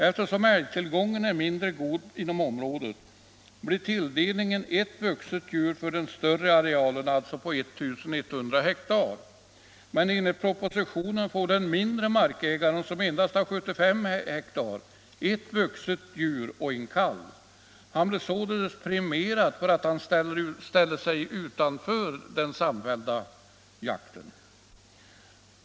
Eftersom älgtillgången är mindre god inom området, blir tilldelningen ett vuxet djur för den större arealen på 1 100 hektar, men enligt propositionen får den mindre markägaren, som har endast 75 hektar, ett vuxet djur och en kalv. Han blir således premierad för att han ställer sig utanför den samfällda jakten.